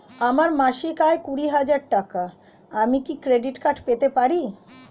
আমার মাসিক আয় কুড়ি হাজার টাকা আমি কি ক্রেডিট কার্ড পেতে পারি?